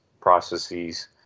processes